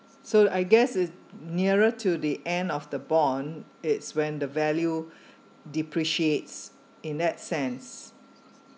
so I guess is nearer to the end of the bond it's when the value depreciates in that sense